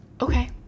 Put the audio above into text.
Okay